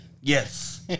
Yes